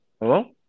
Hello